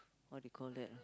what do you call that ah